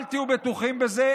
אל תהיו בטוחים בזה.